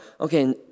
okay